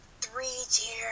three-tier